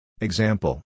Example